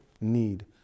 need